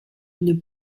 une